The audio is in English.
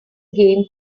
game